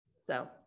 so-